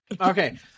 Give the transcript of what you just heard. okay